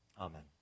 Amen